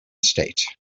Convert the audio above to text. state